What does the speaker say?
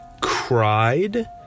Cried